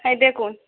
এই দেখুন